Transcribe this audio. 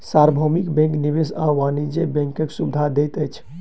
सार्वभौमिक बैंक निवेश आ वाणिज्य बैंकक सुविधा दैत अछि